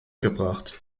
gebracht